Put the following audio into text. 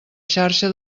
xarxa